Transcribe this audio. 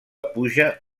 puja